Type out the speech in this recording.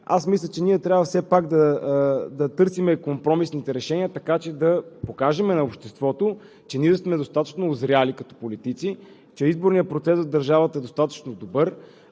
Мисля, че ние трябва все пак да търсим компромисните решения, така че да покажем на обществото, че ние сме достатъчно узрели като политици, че изборният процес в държавата е достатъчно добър.